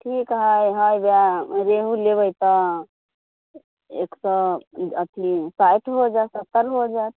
ठीक है है रेहू लेबै तऽ एक सए अथी साठि हो जायत सत्तर हो जायत